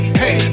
hey